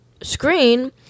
screen